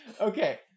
Okay